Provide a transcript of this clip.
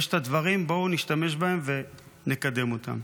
יש את הדברים, בואו נשתמש בהם ונקדם אותם.